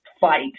fight